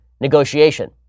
negotiation